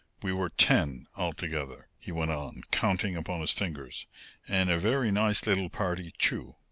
we were ten, altogether, he went on, counting upon his fingers and a very nice little party too.